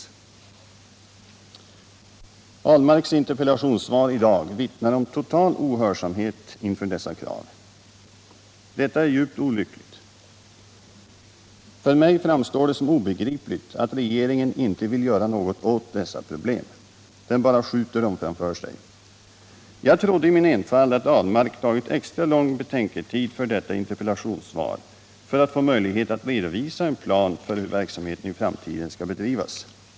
Per Ahlmarks interpellationssvar i dag vittnar om total ohörsamhet inför dessa krav. Detta är djupt olyckligt. För mig framstår det som obegripligt att regeringen inte vill göra något åt dessa problem — den bara skjuter dem framför sig. Jag trodde, i min enfald, att Per Ahlmark tagit extra lång betänketid för detta interpellationssvar för att få möjlighet att redovisa en plan för hur verksamheten i framtiden skall bedrivas.